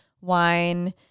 wine